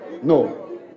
No